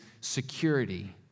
security